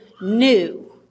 new